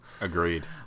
agreed